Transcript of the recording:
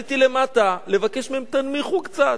ירדתי למטה כדי לבקש מהם: תנמיכו קצת.